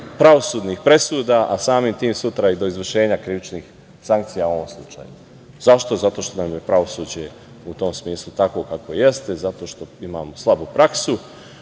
pravosudnih presuda, a samim tim sutra i do izvršenja krivičnih sankcija u ovom slučaju. Zašto? Zato što nam je pravosuđe u tom smislu takvo kakvo jeste, zato što imamo slabu praksu.